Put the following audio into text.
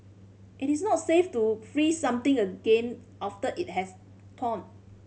it is not safe to freeze something again after it has thawed